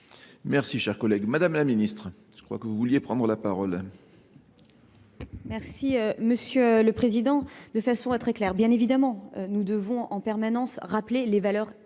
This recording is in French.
Merci, cher collègue. Madame la Ministre, je crois que vous vouliez la parole. Merci, Monsieur le Président. De façon à très clair, bien évidemment, nous devons en permanence rappeler les valeurs et les